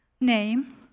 name